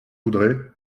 voudrez